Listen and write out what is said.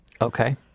Okay